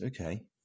okay